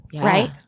right